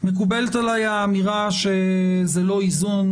מקובלת עליי האמירה שזה לא איזון,